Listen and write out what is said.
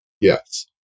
Yes